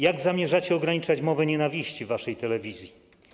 Jak zamierzacie ograniczać mowę nienawiści w waszej telewizji?